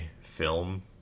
film